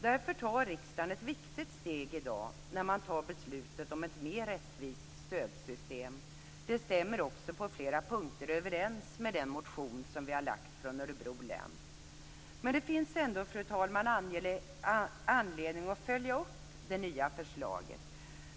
Därför tar riksdagen ett viktigt steg i dag när man fattar beslut om ett mer rättvist stödsystem. Det stämmer också på flera punkter överens med den motion som vi har lagt fram från Örebro län. Men det finns ändå, fru talman, anledning att följa upp det nya förslaget.